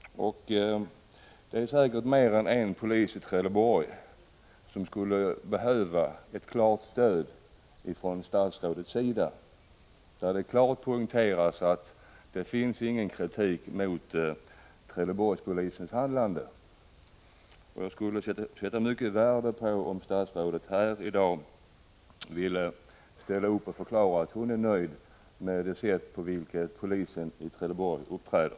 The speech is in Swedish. Det finns säkert mer än en polis i Trelleborg som skulle behöva ett klart stöd från statsrådets sida i form av ett uttalande, där det klart poängteras att det inte finns någon berättigad kritik mot Trelleborgspolisens handlande. Jag skulle sätta stort värde på om statsrådet här i dag ville förklara att hon är nöjd med det sätt på vilket polisen i Trelleborg uppträder.